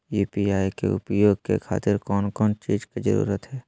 UPI के उपयोग के खातिर कौन कौन चीज के जरूरत है?